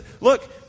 Look